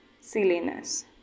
silliness